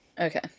Okay